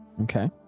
Okay